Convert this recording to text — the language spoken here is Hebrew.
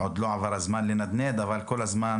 עוד לא עבר הזמן לנדנד לך אבל כל הזמן